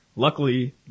Luckily